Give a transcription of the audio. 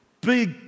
big